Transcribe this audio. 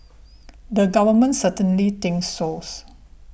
the government certainly thinks source